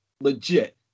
Legit